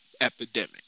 epidemic